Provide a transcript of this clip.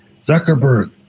Zuckerberg